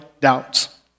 doubts